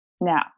Now